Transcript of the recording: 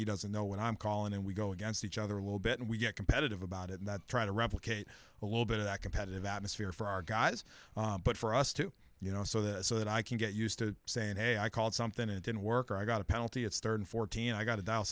he doesn't know when i'm calling and we go against each other a little bit and we get competitive about it and try to replicate a little bit of that competitive atmosphere for our guys but for us too you know so that so that i can get used to saying hey i called something and it didn't work or i got a penalty it's thirteen fourteen i got